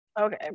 Okay